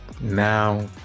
now